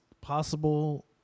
possible